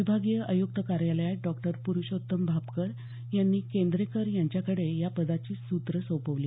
विभागीय आयुक्त कार्यालयात डॉ प्रुषोत्तम भापकर यांनी केंद्रेकर यांच्याकडे या पदाची सूत्रं सोपवली